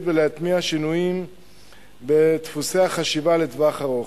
ולהטמיע שינויים בדפוסי החשיבה לטווח ארוך.